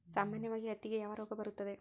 ಸಾಮಾನ್ಯವಾಗಿ ಹತ್ತಿಗೆ ಯಾವ ರೋಗ ಬರುತ್ತದೆ?